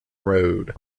road